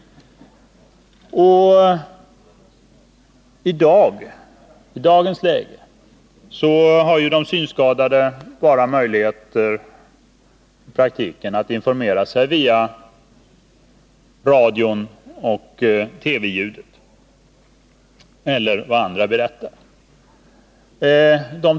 I dagens läge har de synskadade i praktiken bara möjlighet att informera sig via radion, TV-ljudet eller vad andra berättar.